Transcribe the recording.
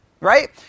Right